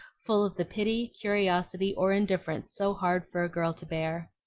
full of the pity, curiosity, or indifference so hard for a girl to bear.